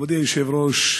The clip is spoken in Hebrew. מכובדי היושב-ראש,